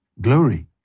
glory